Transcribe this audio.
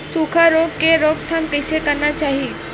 सुखा रोग के रोकथाम कइसे करना चाही?